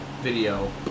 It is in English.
video